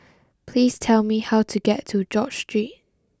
please tell me how to get to George Street